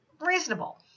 reasonable